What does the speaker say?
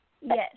Yes